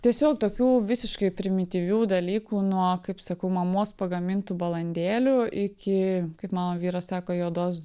tiesiog tokių visiškai primityvių dalykų nuo kaip sakau mamos pagamintų balandėlių iki kaip mano vyras sako juodos